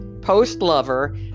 post-lover